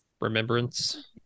remembrance